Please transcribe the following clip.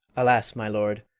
alas, my lord,